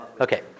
Okay